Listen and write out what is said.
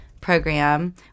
program